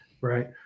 Right